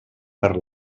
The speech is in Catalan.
per